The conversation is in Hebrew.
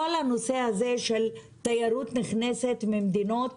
כל הנושא הזה של תיירות נכנסת ממדינות